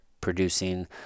producing